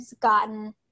gotten